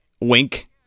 Wink